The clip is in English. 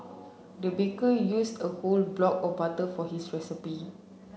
the baker used a whole block of butter for his recipe